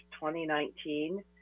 2019